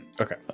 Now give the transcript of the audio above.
okay